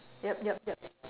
yup yup yup